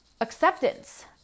acceptance